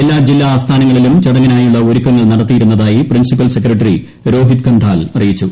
എല്ലാ ജില്ല ആസ്ഥാനങ്ങളിലും ചടങ്ങിനായുള്ള ഒരുക്കങ്ങൾ നടത്തിയിരുന്നതായി പ്രിൻസിപ്പൽ സെക്രട്ടറി രോഹിത് കൻഡാൽ അറിയിച്ചു